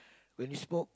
when you smoke